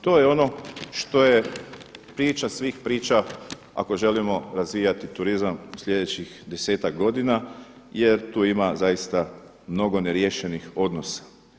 To je ono što je priča svih priča ako želimo razvijati turizam u slijedećih desetak godina jer tu ima zaista mnogo neriješenih odnosa.